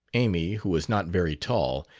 amy, who was not very tall,